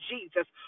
Jesus